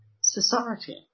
society